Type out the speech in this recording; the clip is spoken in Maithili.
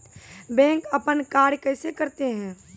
बैंक अपन कार्य कैसे करते है?